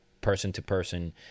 person-to-person